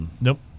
nope